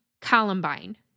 Columbine